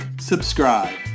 subscribe